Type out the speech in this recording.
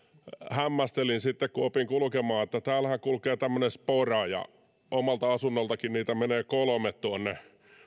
hämmästelin sitten kun opin kulkemaan että täällähän kulkee tämmöinen spora ja omalta asunnoltakin niitä menee kolme tuonne